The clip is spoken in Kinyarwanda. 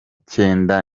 cyenda